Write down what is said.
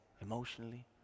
emotionally